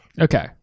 Okay